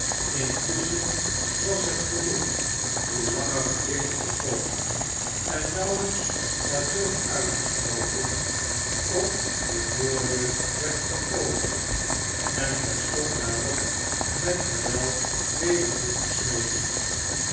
intusschen was het geroep hoe langer hoe dichter gekomen en nauwelijks had john uitgesproken of de voordeur werd geopend en terstond daarop met geweld weder